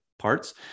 Parts